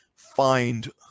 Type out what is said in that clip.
find